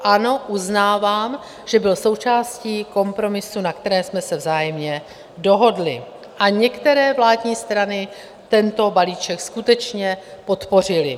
Ano, uznávám, že byl součástí kompromisů, na kterých jsme se vzájemně dohodli, a některé vládní strany tento balíček skutečně podpořily.